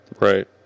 right